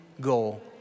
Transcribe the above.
goal